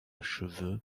cheveux